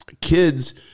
kids